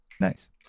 Nice